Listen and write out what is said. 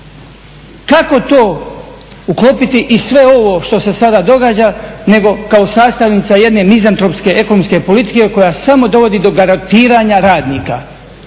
Kako to uklopiti i sve ovo što se sada događa nego kao sastavnica jedne mizantropske, ekonomske politike koja samo dovodi do …/Govornik